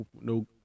no